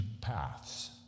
paths